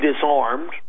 disarmed